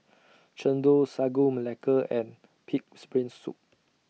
Chendol Sagu Melaka and Pig'S Brain Soup